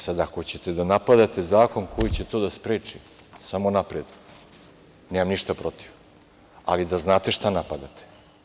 Sada, ako hoćete da napadate zakon koji će to da spreči, samo napred, nemam ništa protiv, ali da znate šta napadate.